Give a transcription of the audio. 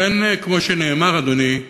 לכן, כמו שנאמר, אדוני,